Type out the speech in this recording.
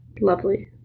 Lovely